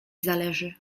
zależy